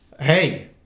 Hey